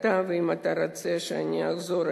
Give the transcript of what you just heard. ואם אתה רוצה שאני אחזור,